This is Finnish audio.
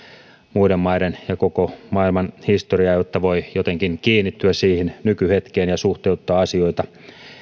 muiden maiden ja koko maailman historiaa jotta voi jotenkin kiinnittyä siihen nykyhetkeen ja suhteuttaa asioita